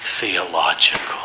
theological